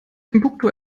timbuktu